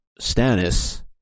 Stannis